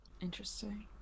Interesting